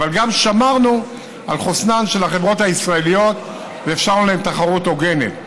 אבל גם שמרנו על חוסנן של החברות הישראליות ואפשרנו להן תחרות הוגנת.